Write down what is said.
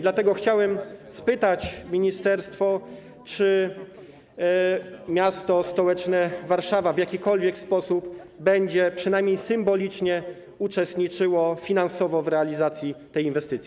Dlatego chciałem spytać ministerstwo, czy miasto stołeczne Warszawa w jakikolwiek sposób będzie przynajmniej symbolicznie uczestniczyło finansowo w realizacji tej inwestycji.